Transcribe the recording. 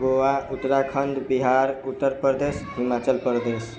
Goa Uttarakhand Bihar Uttar Pradesh Himachal Pradesh